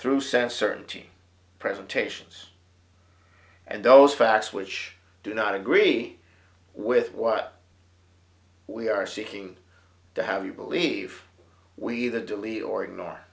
through sense certain team presentations and those facts which do not agree with what we are seeking to have you believe we either delete or ignore